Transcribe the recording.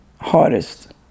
Hardest